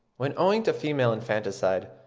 when, owing to female infanticide,